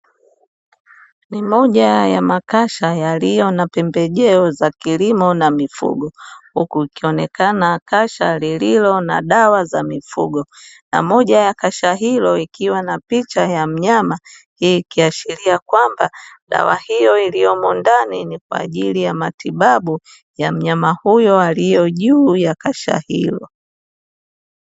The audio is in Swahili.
Ni moja ya makasha yaliyo na pembejeo za kilimo na mifugo, huku kukionekana kasha lililo na dawa za mifugo, na moja ya kasha hilo likiwa na picha ya mnyama, hii ikiashiria kwamba dawa hiyo iliyomo ndani ni kwa ajili ya matibabu ya mnyama huyo aliye juu ya kasha hilo.